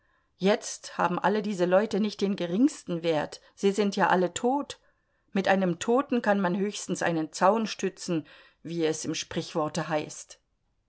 jetzt haben alle diese leute nicht den geringsten wert sie sind ja alle tot mit einem toten kann man höchstens einen zaun stützen wie es im sprichworte heißt